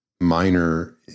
minor